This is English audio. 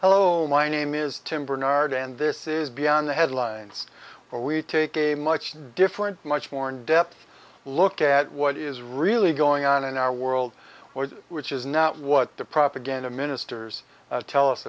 hello my name is tim barnard and this is beyond the headlines where we take a much different much more in depth look at what is really going on in our world where which is not what the propaganda ministers tell us